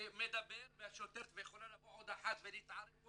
ומדבר ויכולה לבוא עוד אחת ולהתערב פה,